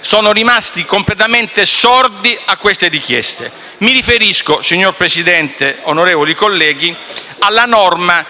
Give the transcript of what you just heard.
siano rimasti completamente sordi alle richieste avanzate. Mi riferisco, signor Presidente, onorevoli colleghi, alla norma